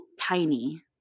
tiny